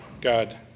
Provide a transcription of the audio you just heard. God